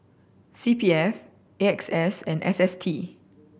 C P F A X S and S S T